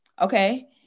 okay